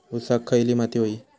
ऊसाक खयली माती व्हयी?